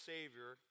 Savior